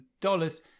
dollars